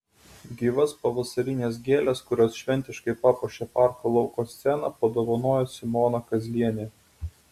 gyvas pavasarines gėles kurios šventiškai papuošė parko lauko sceną padovanojo simona kazlienė